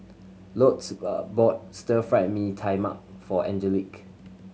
Lourdes bought Stir Fry Mee Tai Mak for Angelique